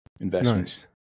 investments